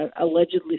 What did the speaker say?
allegedly